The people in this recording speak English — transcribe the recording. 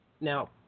now